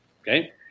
okay